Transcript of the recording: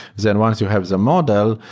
then once you have the model,